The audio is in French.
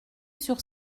sur